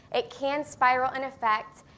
it can spiral an effect.